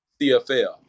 CFL